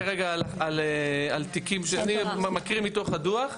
אני מדבר כרגע על תיקים, אני מקריא מתוך הדו"ח.